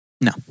No